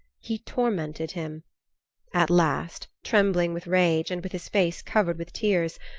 he tormented him at last, trembling with rage and with his face covered with tears,